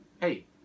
Hey